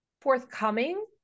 forthcoming